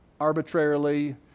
arbitrarily